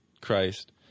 Christ